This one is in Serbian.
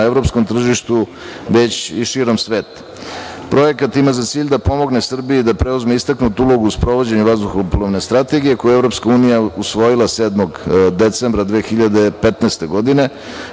na evropskom tržištu, već i širom sveta. Projekat ima za cilj da pomogne Srbiji i da preuzme istaknutu ulogu u sprovođenju Vazduhoplovne strategije, koju je EU usvojila 7. decembra 2015. godine,